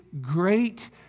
great